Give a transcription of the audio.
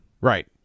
right